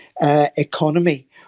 economy